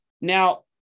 Now